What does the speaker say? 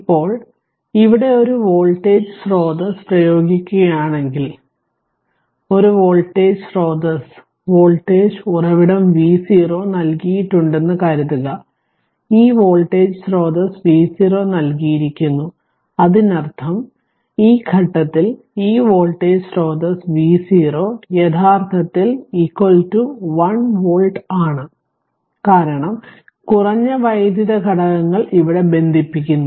ഇപ്പോൾ ഇവിടെ ഒരു വോൾട്ടേജ് സ്രോതസ്സ് പ്രയോഗിക്കുകയാണെങ്കിൽ 1 വോൾട്ടേജ് സ്രോതസ്സ് വോൾട്ടേജ് ഉറവിടം V0 നൽകിയിട്ടുണ്ടെന്ന് കരുതുക ഈ വോൾട്ടേജ് സ്രോതസ്സ് V0 നൽകിയിരിക്കുന്നു അതിനർത്ഥം ഈ ഘട്ടത്തിൽ ഈ വോൾട്ടേജ് സ്രോതസ്സ് V0 യഥാർത്ഥത്തിൽ 1 വോൾട്ട് ആണ് കാരണം കുറഞ്ഞ വൈദ്യുത ഘടകങ്ങൾ ഇവിടെ ബന്ധിപ്പിക്കുന്നു